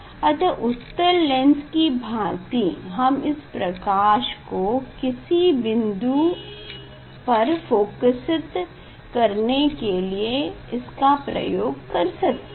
अतः उत्तल लेंस की भाँति हम प्रकाश किसी बिन्दु पर को फोकसीत करने के लिए इसका प्रयोग कर सकते हैं